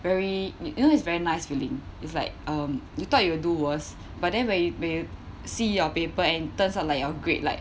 very you you know it's very nice feeling it's like um you thought you will do worse but then when you when you see your paper and turns out like your grade like